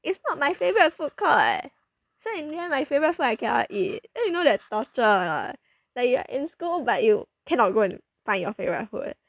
it's not my favorite food court so in the end my favorite food I cannot eat then you know that torture a not like you are in school but you cannot go and find your favorite food